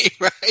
right